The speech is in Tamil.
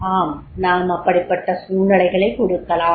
ஆம் நாம் அப்படிப்பட்ட சூழ்நிலைகளைக் கொடுக்கலாம்